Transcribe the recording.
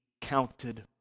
Counted